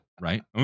Right